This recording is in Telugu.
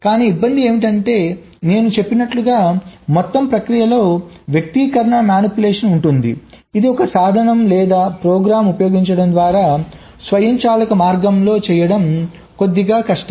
కానీ ఇబ్బంది ఏమిటంటే నేను చెప్పినట్లుగా మొత్తం ప్రక్రియలో వ్యక్తీకరణల మానిప్యులేషన్స్ ఉంటుంది ఇది ఒక సాధనం లేదా ప్రోగ్రామ్ను ఉపయోగించడం ద్వారా స్వయంచాలక మార్గంలో చేయడం కొద్దిగా కష్టం